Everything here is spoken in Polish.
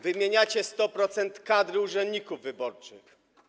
Wymieniacie 100% kadry urzędników wyborczych.